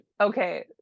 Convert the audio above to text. okay